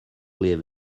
leave